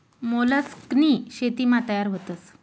मोलस्कनी शेतीमा तयार व्हतस